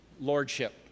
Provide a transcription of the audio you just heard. lordship